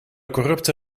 corrupte